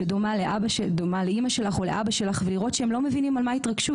שדומה לאמא שלך או לאבא שלך ולראות שהם לא מבינים על מה ההתרגשות,